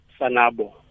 SANABO